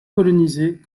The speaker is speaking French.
colonisées